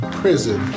prison